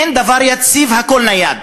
אין דבר יציב, הכול נייד: